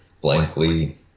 blankly